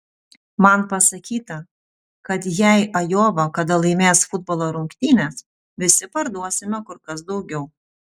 man pasakyta kad jei ajova kada laimės futbolo rungtynes visi parduosime kur kas daugiau